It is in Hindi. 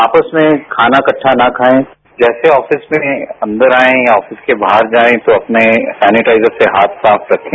आपस में खाना इकहा न खायें जैसे आफिस में अंदर आये या अफिस के बाहर जायें तो अपने सैनिटाइजर से हाथ साफ रखें